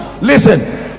listen